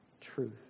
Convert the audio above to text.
truth